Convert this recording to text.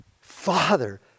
Father